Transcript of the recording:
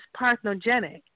parthenogenic